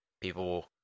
people